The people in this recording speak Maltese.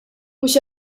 mhux